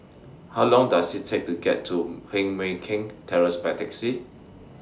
How Long Does IT Take to get to Heng Mui Keng Terrace By Taxi